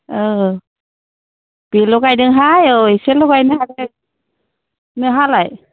औ बेल' गायदोंहाय औ एसेल' गायनो हादों नोंहालाय